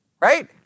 right